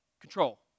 control